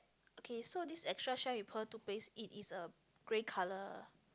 okay so this extra shine with pearl toothpaste it is a grey color